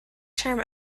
term